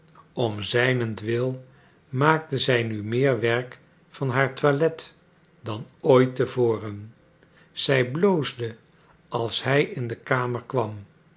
om zijnentwil maakte zij nu meer werk van haar toilet dan ooit te voren zij bloosde als hij in de kamer kwam